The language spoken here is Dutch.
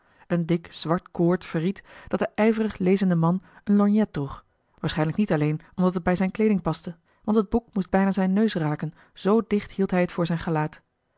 een dik zwart koord verried dat de ijverig lezende man een lorgnet droeg waarschijnlijk niet alleen omdat het bij zijne kleeding paste want het boek moest bijna zijnen neus raken zoo dicht hield hij het voor zijn gelaat